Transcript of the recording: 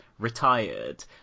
retired